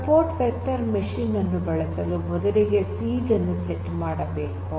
support vector machine ಅನ್ನು ಬಳಸಲು ಮೊದಲಿಗೆ ಸೀಡ್ ಅನ್ನು ಸೆಟ್ ಮಾಡಬೇಕು